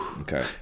Okay